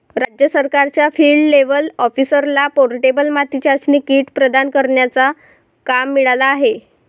राज्य सरकारच्या field level ऑफिसरला पोर्टेबल माती चाचणी किट प्रदान करण्याचा काम मिळाला आहे